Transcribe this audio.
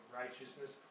righteousness